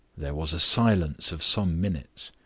there was a silence of some minutes.